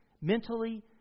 mentally